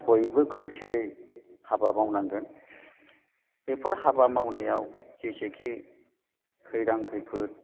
बयबो खौसेयै हाबा मावनांगोन बेफोर हाबा मावनायाव जेसेखि खैदां खैफोद